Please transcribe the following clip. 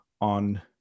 on